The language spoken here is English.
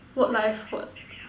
work life what